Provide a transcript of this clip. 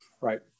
right